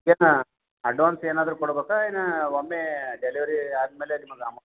ಏನು ಅಡ್ವಾನ್ಸ್ ಏನಾದರೂ ಕೊಡಬೇಕಾ ಏನು ಒಮ್ಮೆ ಡೆಲ್ವರೀ ಆದಮೇಲೆ ನಿಮಗೆ ಅಮೌ